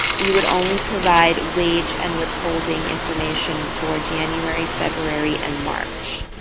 you would only provide wage and withholding information for january february and march.